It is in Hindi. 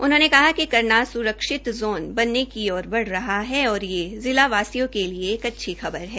उन्होंने कहा कि करनाल सुरक्षित ज़ोन बनने की ओर बढ़ रहा है और ये जिलावासियों के लिए एक अच्छी खबर है